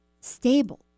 stable